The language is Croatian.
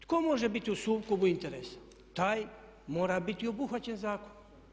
Tko može biti u sukobu interesa taj mora biti obuhvaćen zakonom.